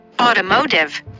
Automotive